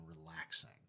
relaxing